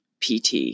PT